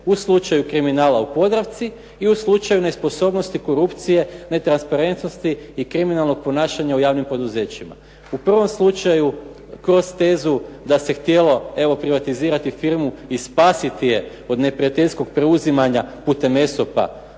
U slučaju kriminala u Podravci i u slučaju nesposobnosti korupcije, netransparentnosti i kriminalnog ponašanja u javnim poduzećima. U prvom slučaju kroz tezu da se htjelo privatizirati firmu i spasiti je od neprijateljskog preuzimanja putem ESOP-a,